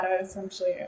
essentially